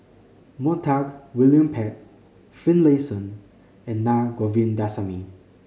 Montague William Pett Finlayson and Na Govindasamy